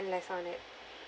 less on it